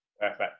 Perfect